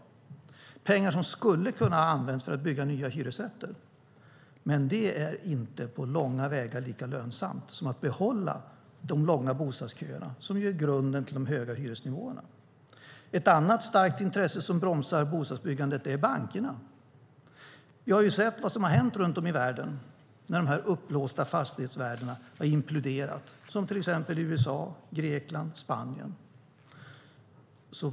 Det är pengar som skulle ha kunnat användas till att bygga nya hyresrätter, men det är inte på långa vägar lika lönsamt som att behålla de långa bostadsköerna som är grunden till de höga hyresnivåerna. Ett annat starkt intresse som bromsar bostadsbyggandet är bankerna. Vi har sett vad som har hänt runt om i världen när de uppblåsta fastighetsvärdena har imploderat, till exempel i USA, Grekland och Spanien.